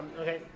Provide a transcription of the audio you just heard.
okay